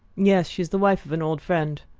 yes she's the wife of an old friend.